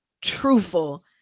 truthful